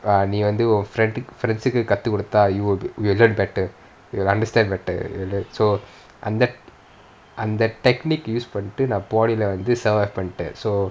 err நீ வந்து உன்:nee vanthu un friend கு கத்து குடுத்த:ku kathu kudutha you we will learn better you will understand better and then so and that and that technique used for பண்ணிட்டு:panittu polytechnic வந்து:vanthu survive பண்ணிட்டேன்:pannitaen so